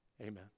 Amen